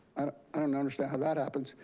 ah i don't understand how that happens.